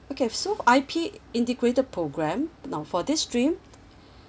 okay so I_P integrated program now for this stream